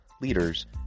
leaders